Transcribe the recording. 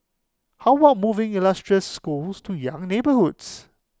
how about moving illustrious schools to young neighbourhoods